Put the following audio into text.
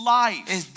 life